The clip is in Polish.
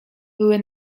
były